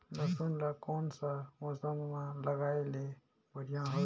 लसुन ला कोन सा मौसम मां लगाय ले बढ़िया हवे?